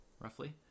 Roughly